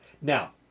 Now